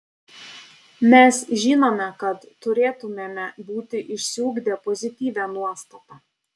mes žinome kad turėtumėme būti išsiugdę pozityvią nuostatą